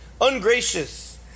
ungracious